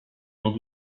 mis